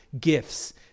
gifts